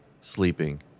sleeping